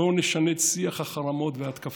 בואו נשנה את שיח החרמות וההתקפות.